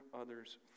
others